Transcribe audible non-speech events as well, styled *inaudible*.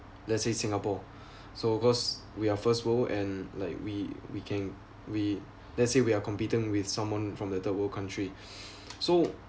let's say singapore *breath* so cause we are first world and like we we can we let's say we are competing with someone from the third world country *breath* so